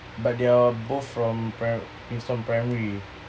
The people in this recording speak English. but they are both from primary queenstown primary